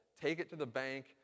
take-it-to-the-bank